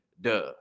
Duh